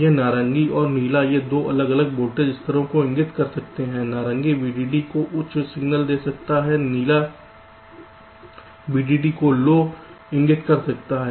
यह नारंगी और नीला ये दो अलग अलग वोल्टेज स्तरों को इंगित कर सकते हैं नारंगी VDD को उच्च सिग्नल दे सकता है नीला VDD को लो इंगित कर सकता है